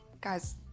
guy's